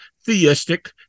theistic